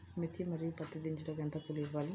మిర్చి మరియు పత్తి దించుటకు ఎంత కూలి ఇవ్వాలి?